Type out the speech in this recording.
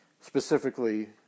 specifically